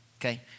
Okay